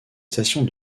stations